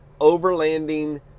overlanding